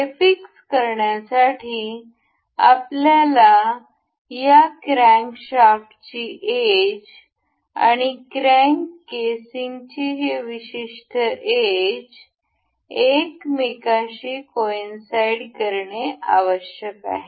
हे फिक्स करण्यासाठी आपल्याला या क्रॅन्कशाफ्टची एज आणि क्रॅंक केसिंगची ही विशिष्ट एज एकमेकांशी कॉइनसाईड असणे आवश्यक आहे